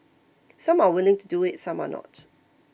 some are willing to do it some are not